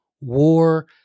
war